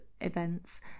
events